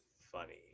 funny